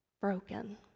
broken